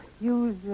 use